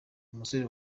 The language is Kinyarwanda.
umusore